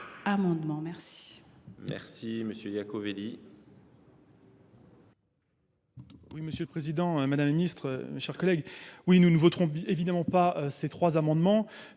Merci